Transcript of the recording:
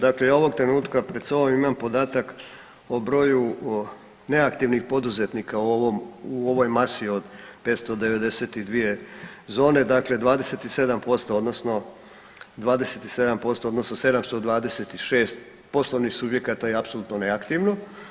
Dakle, ja ovog trenutka pred sobom imam podatak o broju neaktivnih poduzetnika u ovoj masi od 592 zone, dakle 27% odnosno 726 poslovnih subjekata je apsolutno neaktivno.